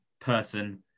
person